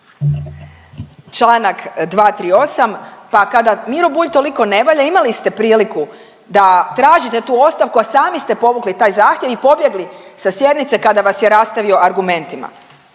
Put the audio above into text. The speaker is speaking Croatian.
Članak 238., pa kada Miro Bulj toliko ne valja imali ste priliku da tražite tu ostavku, a sami ste povukli taj zahtjev i pobjegli sa sjednice kada vas je rastavio argumentima.